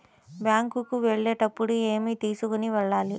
Bank కు వెళ్ళేటప్పుడు ఏమి తీసుకొని వెళ్ళాలి?